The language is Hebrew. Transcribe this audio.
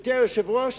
גברתי היושבת-ראש,